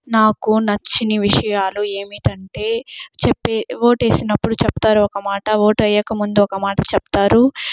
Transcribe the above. నాకు నచ్చని విషయాలు ఏమిటంటే చెప్పే ఓటు వేసినప్పుడు చెప్తారు ఒక మాట ఓటు వేయకముందు ఒక మాట చెప్తారు